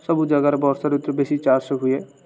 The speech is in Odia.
ସବୁ ଜାଗାରେ ବର୍ଷା ଋତୁ ବେଶୀ ଚାଷ ହୁଏ